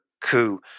coup